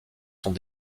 sont